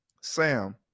Sam